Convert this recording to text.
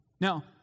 Now